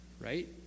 right